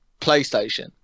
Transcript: PlayStation